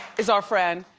is our friend,